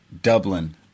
Dublin